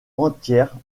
entière